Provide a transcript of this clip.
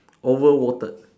over watered